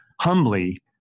humbly